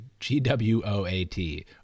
GWOAT